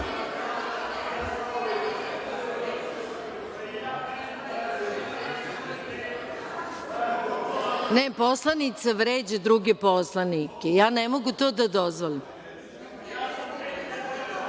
Poslanica vređa druge poslanike. Ja ne mogu to da dozvolim.